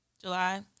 July